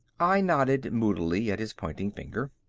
i nodded moodily at his pointing finger.